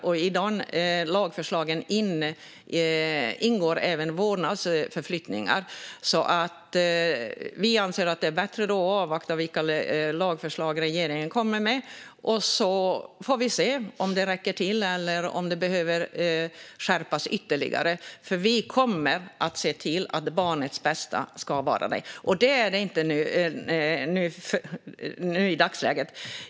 I dessa lagförslag ingår även vårdnadsöverflyttningar. Vi anser att det är bättre att avvakta regeringens lagförslag. Sedan får vi se om det räcker till eller om det behöver skärpas ytterligare. Vi kommer att se till att barnets bästa ska gälla, till skillnad från nu.